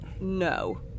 no